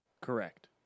Correct